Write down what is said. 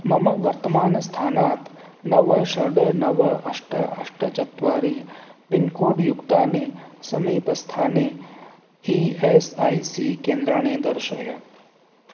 मम वर्तमानस्थानात् नव षड् नव अष्ट अष्ट चत्वारि पिन्कोड् युक्तानि समीपस्थानि ई एस् ऐ सी केन्द्राणि दर्शय